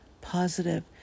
positive